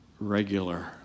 regular